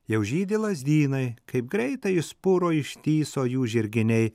jau žydi lazdynai kaip greitai išspuro ištįso jų žirginiai